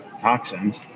toxins